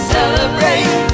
Celebrate